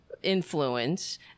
influence